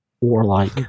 warlike